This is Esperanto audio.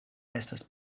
estas